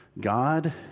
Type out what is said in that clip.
God